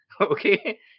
Okay